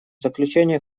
заключение